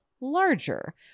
larger